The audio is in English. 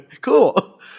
cool